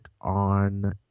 on